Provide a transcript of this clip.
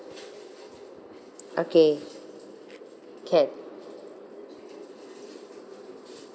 okay can